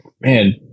Man